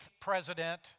president